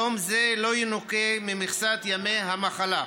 יום זה לא ינוכה ממכסת ימי המחלה,